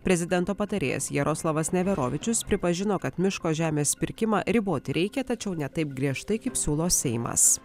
prezidento patarėjas jaroslavas neverovičius pripažino kad miško žemės pirkimą riboti reikia tačiau ne taip griežtai kaip siūlo seimas